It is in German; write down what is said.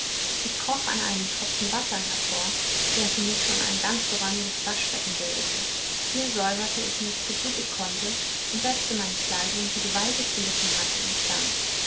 ich kroch an einen tropfen wasser hervor der für mich schon ein ganz geräumiges waschbecken bildete hier säuberte ich mich so gut ich konnte und setzte meine kleidung die gewaltig gelitten hatte instand nach